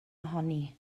ohoni